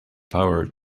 power